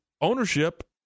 ownership